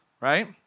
right